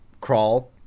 crawl